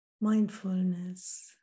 mindfulness